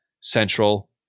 Central